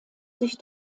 sich